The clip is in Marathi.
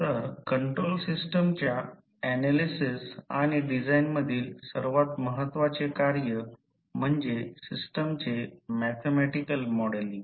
तर कंट्रोल सिस्टमच्या ऍनालिसिस आणि डिझाइन मधील सर्वात महत्वाचे कार्य म्हणजे सिस्टमचे मॅथॅमॅटिकॅल मॉडेलिंग